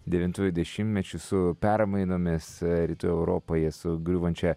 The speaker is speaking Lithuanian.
devintuoju dešimtmečiu su permainomis rytų europoje su griūvančia